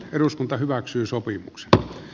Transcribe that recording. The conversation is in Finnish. eduskunta hyväksyi sopimuksen alle